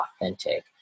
authentic